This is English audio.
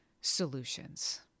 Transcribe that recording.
solutions